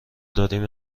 داریم